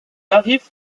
arrive